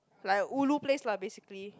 like ulu place lah basically